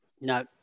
No